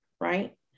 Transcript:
right